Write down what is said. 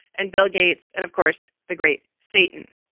and bill gates and, of course, the great satan.